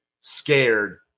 scared